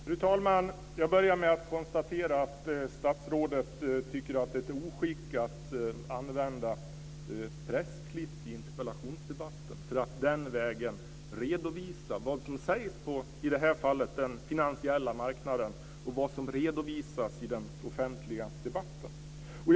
Fru talman! Jag börjar med att konstatera att statsrådet tycker att det är ett oskick att använda pressklipp i interpellationsdebatter för att den vägen redovisa vad som sägs på - i det här fallet - den finansiella marknaden och vad som redovisas i den offentliga debatten.